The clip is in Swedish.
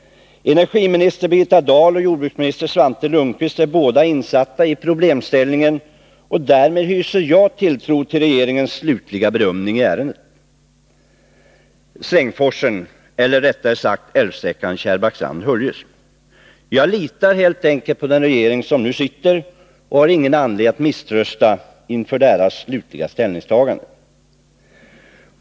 Energiminister Birgitta Dahl och jordbruksminister Svante Lundkvist är båda insatta i problemställningen, och därmed hyser jag tilltro till regeringens slutliga bedömning i ärendet om Strängsforsen, eller rättare sagt älvsträckan Kärrbäckstrand-Höljes. Jag litar helt enkelt på den regering som nu sitter och har ingen anledning att misströsta inför dess slutliga ställningstagande.